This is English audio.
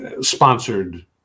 sponsored